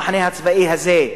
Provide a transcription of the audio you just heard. המחנה הצבאי הזה,